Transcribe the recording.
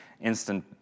instant